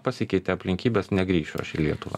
pasikeitė aplinkybės negrįšiu aš į lietuvą